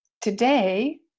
Today